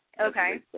okay